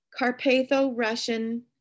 Carpatho-Russian